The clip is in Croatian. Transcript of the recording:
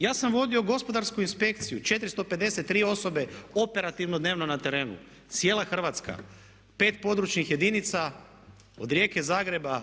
Ja sam vodio Gospodarsku inspekciju, 453 osobe operativno dnevno na terenu, cijela Hrvatska, 5 područnih jedinica od Rijeke, Zagreba,